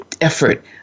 effort